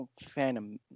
Phantom